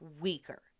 weaker